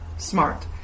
smart